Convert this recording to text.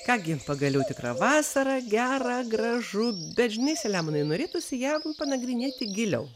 ką gi pagaliau tikra vasara gera gražu bet žinai selemonai norėtųsi ją panagrinėti giliau